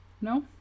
No